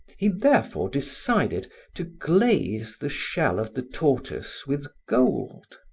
he therefore decided to glaze the shell of the tortoise with gold.